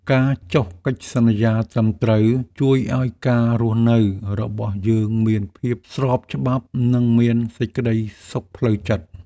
ការចុះកិច្ចសន្យាត្រឹមត្រូវជួយឱ្យការរស់នៅរបស់យើងមានភាពស្របច្បាប់ និងមានសេចក្តីសុខផ្លូវចិត្ត។